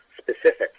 specific